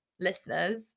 listeners